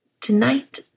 tonight